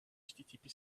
http